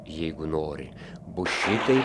jeigu nori bus šitai